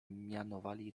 mianowali